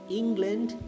england